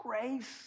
grace